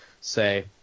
say